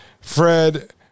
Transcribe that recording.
Fred